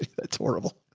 that's horrible.